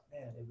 man